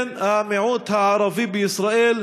לבין המיעוט הערבי בישראל,